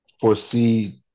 foresee